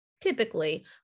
typically